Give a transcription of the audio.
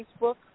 Facebook